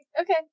Okay